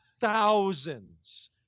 thousands